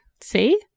See